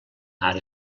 ara